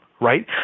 right